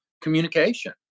communication